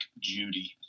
Judy